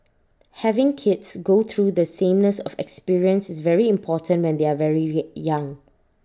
having kids go through the sameness of experience is very important when they are very week young